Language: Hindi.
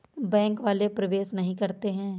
बैंक वाले प्रवेश नहीं करते हैं?